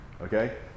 Okay